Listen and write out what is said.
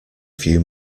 few